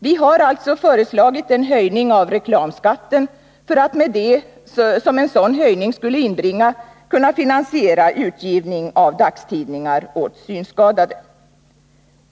Vi har alltså föreslagit en höjning av reklamskatten, för att med det som en sådan höjning skulle inbringa kunna finansiera utgivning av dagstidningar åt synskadade.